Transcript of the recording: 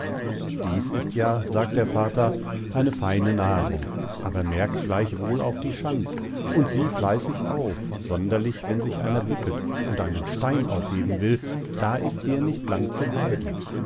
dies ist ja sagt der vater eine feine nahrung aber merk gleich wohl auf die schanz und siehe fleißig auf sonderlich wenn sich einer bücket und einen stein aufheben will da ist dir nicht lang zu bleiben